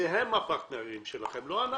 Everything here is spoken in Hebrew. הפרטנרים שלכם, לא אנחנו.